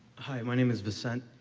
hi, my name is vincent,